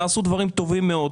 ונעשו דברים טובים מאוד.